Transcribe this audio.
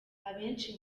abenshi